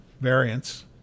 variants